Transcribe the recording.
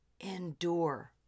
endure